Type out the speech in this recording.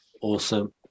awesome